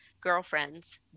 girlfriends